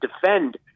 defend